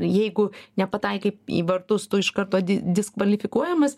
jeigu nepataikai į vartus tu iš karto diskvalifikuojamas